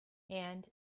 and